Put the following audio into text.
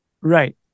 Right